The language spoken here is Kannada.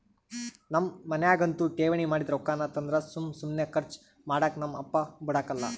ನಮ್ ಮನ್ಯಾಗಂತೂ ಠೇವಣಿ ಮಾಡಿದ್ ರೊಕ್ಕಾನ ತಂದ್ರ ಸುಮ್ ಸುಮ್ನೆ ಕರ್ಚು ಮಾಡಾಕ ನಮ್ ಅಪ್ಪ ಬುಡಕಲ್ಲ